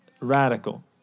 radical